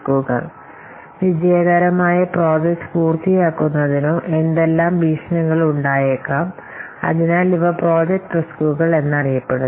വിജയകരമായ പ്രോജക്റ്റ് പൂർത്തിയാക്കുന്നതിനോ അല്ലെങ്കിൽ പ്രോജക്റ്റ് വിജയകരമായി പൂർത്തിയാക്കുന്നതിനോ എന്തെല്ലാം ഭീഷണികൾ ഉണ്ടായേക്കാം അതിനാൽ ഇവ പ്രോജക്റ്റ് റിസ്ക്കുകൾ എന്നറിയപ്പെടുന്നു